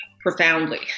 profoundly